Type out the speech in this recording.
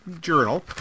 Journal